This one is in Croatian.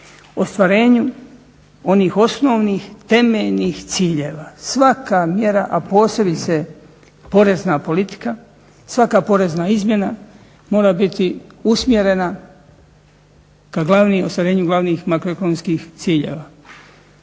Ostvarenju onih osnovnih, temeljnih ciljeva. Svaka mjera, a posebice porezna politika, svaka porezna izmjena mora biti usmjerena ka ostvarenju glavnih makroekonomskih ciljeva.